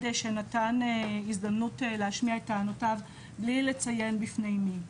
שנתן הזדמנות להשמיע את טענותיו בלי לציין בפני מי.